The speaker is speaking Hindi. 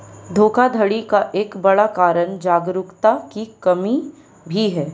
धोखाधड़ी का एक बड़ा कारण जागरूकता की कमी भी है